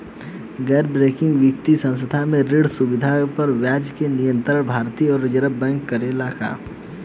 गैर बैंकिंग वित्तीय संस्था से ऋण सुविधा पर ब्याज के नियंत्रण भारती य रिजर्व बैंक करे ला का?